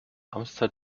amtszeit